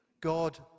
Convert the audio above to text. God